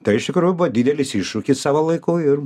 tai iš tikrų buvo didelis iššūkis savo laiku ir